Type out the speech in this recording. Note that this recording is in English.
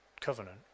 covenant